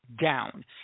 down